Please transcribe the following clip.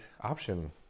option